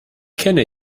kenne